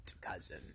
cousin